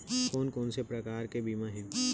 कोन कोन से प्रकार के बीमा हे?